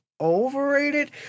overrated